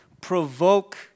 provoke